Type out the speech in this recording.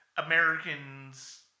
Americans